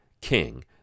king